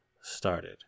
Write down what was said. started